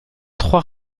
trois